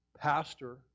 Pastor